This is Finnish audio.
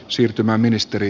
siirtymä ministeri